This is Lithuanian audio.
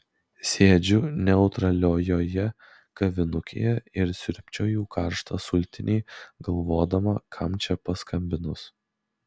sėdžiu neutraliojoje kavinukėje ir siurbčioju karštą sultinį galvodama kam čia paskambinus